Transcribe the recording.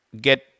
get